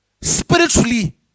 spiritually